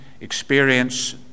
experience